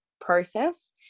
process